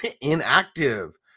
inactive